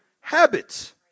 habits